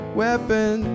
weapon